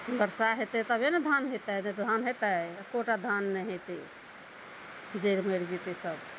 बरसा हेतै तबे ने धान हेतै नहि तऽ धान हेतै एकोटा धान नहि हेतै जरि मरि जेतै सब